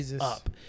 up